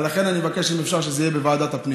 לכן אני מבקש, אם אפשר, שזה יהיה בוועדת הפנים.